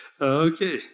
Okay